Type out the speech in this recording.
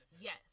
Yes